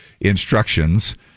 instructions